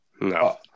No